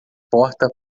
porta